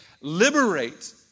liberate